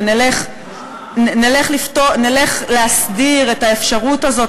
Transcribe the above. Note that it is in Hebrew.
ונלך להסדיר את האפשרות הזאת,